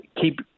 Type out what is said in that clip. keep